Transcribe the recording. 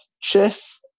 chess